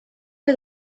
for